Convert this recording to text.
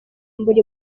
buri